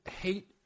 hate